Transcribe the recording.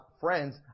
friends